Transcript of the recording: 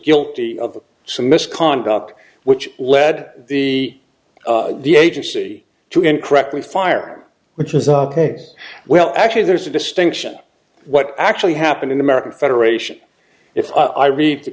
guilty of some misconduct which led the the agency to end correctly firing which is a well actually there's a distinction what actually happened in american federation if i read the